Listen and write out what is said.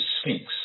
Sphinx